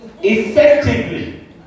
effectively